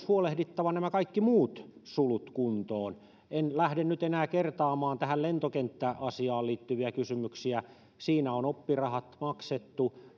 huolehdittava myös nämä kaikki muut sulut kuntoon en lähde nyt enää kertaamaan tähän lentokenttäasiaan liittyviä kysymyksiä siinä on oppirahat maksettu